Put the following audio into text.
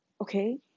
okay